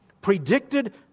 predicted